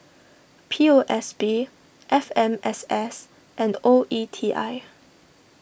P O S B F M S S and O E T I